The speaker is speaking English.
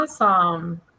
awesome